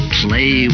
play